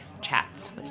chats